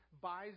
buys